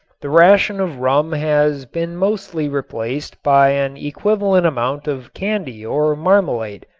the ration of rum has been mostly replaced by an equivalent amount of candy or marmalade.